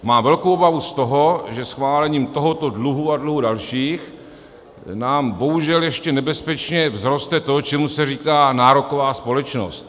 Mám velkou obavu z toho, že schválením tohoto dluhu a dluhů dalších nám bohužel ještě nebezpečně vzroste to, čemu se říká nároková společnost.